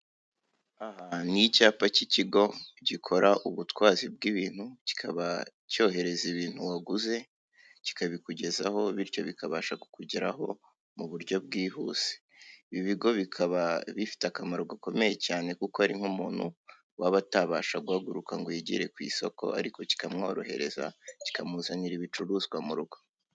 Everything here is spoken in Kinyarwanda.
Aha ni icyapa cy'ikigo gikora ubutwazi bw'ibintu kikaba cyohereza ibintu waguze kikabikugezaho, bityo bikabasha kukugeraho mu buryo bwihuse, ibi bigo bikaba bifite akamaro gakomeye cyane kuko ari nk'umuntu waba atabasha guhaguruka ngo yigere ku isoko ariko kikamworohereza kikamuzanira ibicuruzwa mu rugo.